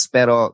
Pero